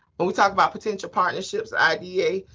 but we talk about potential partnerships, idea.